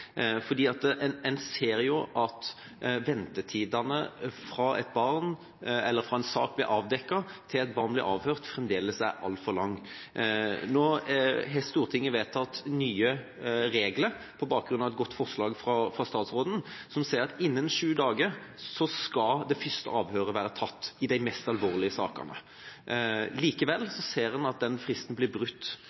En ser jo at ventetiden fra en sak blir avdekket til et barn blir avhørt fremdeles er altfor lang. Nå har Stortinget vedtatt nye regler, på bakgrunn av et godt forslag fra statsråden, som sier at innen sju dager skal det første avhøret være tatt i de mest alvorlige sakene. Likevel ser en at den fristen blir brutt